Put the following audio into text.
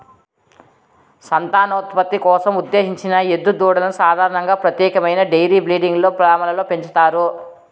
సంతానోత్పత్తి కోసం ఉద్దేశించిన ఎద్దు దూడలను సాధారణంగా ప్రత్యేకమైన డెయిరీ బ్రీడింగ్ ఫామ్లలో పెంచుతారు